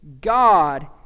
God